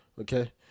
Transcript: okay